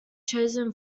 chosen